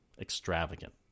extravagant